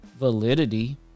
Validity